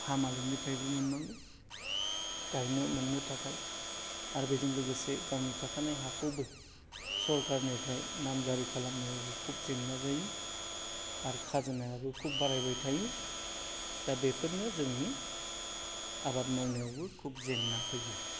हा मालिखनिफ्रायबो मोननांगौ गायनो मोननो थाखाय आरो बेजों लोगोसे गावनि थाखानाय हाखौबो सरखारनिफ्राय नामजारि खालामनायावबो खुब जेंना जायो आरो खाजोनायाबो खुब बारायबाय थायो दा बेफोरनो जोंनि आबाद मावनायावबो खुब जेंना फैयो